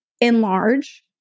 enlarge